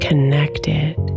Connected